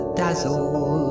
dazzle